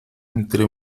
entre